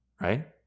right